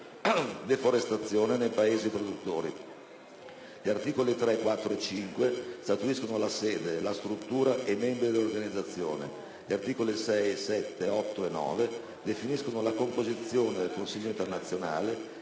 deforestazione nei Paesi produttori.